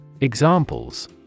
Examples